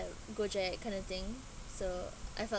uh gojek kind of thing so I thought